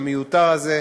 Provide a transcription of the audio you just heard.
המיותר הזה,